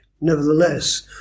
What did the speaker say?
Nevertheless